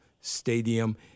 stadium